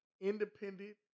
independent